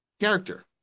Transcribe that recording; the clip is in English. Character